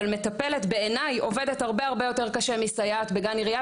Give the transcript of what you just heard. אבל מטפלת בעיניי עובדת הרבה הרבה יותר קשה מסייעת בגן עירייה,